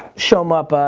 show them up,